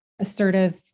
assertive